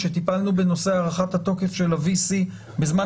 כשטיפלנו בנושא הארכת התוקף של ה-VC בזמן